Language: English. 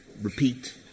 repeat